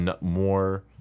more